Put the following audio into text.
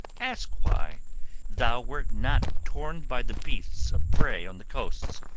ask why thou wert not torn by the beasts of prey on the coasts.